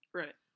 right